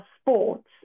sports